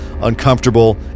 uncomfortable